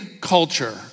culture